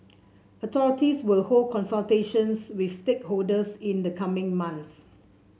authorities will hold consultations with stakeholders in the coming months